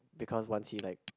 because once he like